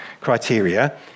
criteria